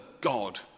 God